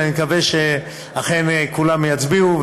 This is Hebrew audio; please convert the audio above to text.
ואני מקווה שאכן כולם יצביעו,